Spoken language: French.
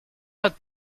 votre